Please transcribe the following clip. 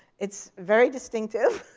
it's very distinctive.